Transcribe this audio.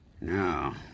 No